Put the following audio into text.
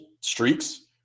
streaks